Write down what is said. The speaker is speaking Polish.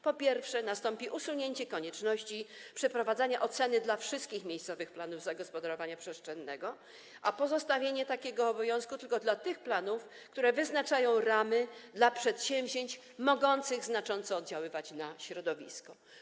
Po pierwsze, nastąpi usunięcie konieczności przeprowadzania oceny wszystkich miejscowych planów zagospodarowania przestrzennego i pozostawienie takiego obowiązku tylko wobec tych planów, które wyznaczają ramy dla przedsięwzięć mogących znacząco oddziaływać na środowisko.